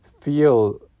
feel